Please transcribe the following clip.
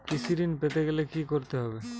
কৃষি ঋণ পেতে গেলে কি করতে হবে?